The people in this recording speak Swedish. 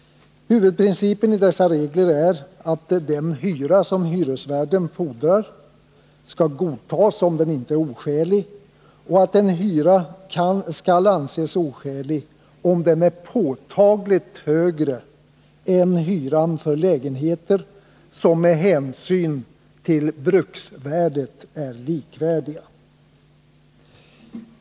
Huvudprin cipen i dessa regler är att den hyra som hyresvärden fordrar skall godtas om den inte är oskälig och att en hyra skall anses som oskälig om den är påtagligt högre än hyran för lägenheter som med hänsyn till bruksvärdet är likvärdiga.